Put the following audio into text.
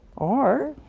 or,